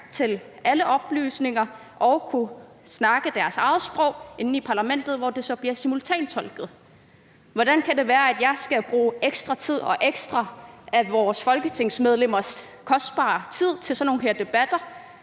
til alle oplysninger og kunne snakke deres eget sprog i Parlamentet, hvor det så bliver simultantolket. Hvordan kan det være, at jeg skal bruge ekstra af både min og vores medarbejderes kostbare tid til sådan nogle debatter